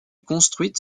construite